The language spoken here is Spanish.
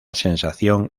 sensación